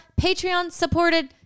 Patreon-supported